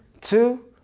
Two